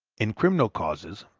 in criminal causes,